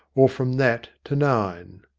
or from that to nine.